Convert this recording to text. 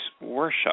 worship